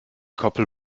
koppel